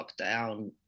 lockdown